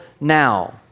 now